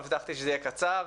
הבטחתי שזה יהיה קצר.